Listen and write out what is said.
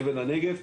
אבן הנגף,